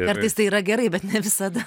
kartais tai yra gerai bet ne visada